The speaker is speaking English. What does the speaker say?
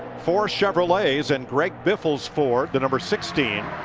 four chevrolets and greg biffle's ford, the number sixteen.